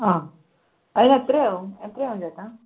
ആ അതിന് എത്രയാവും എത്രയാവും ചേട്ടാ